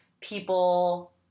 people